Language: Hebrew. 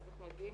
אנחנו מגיעים,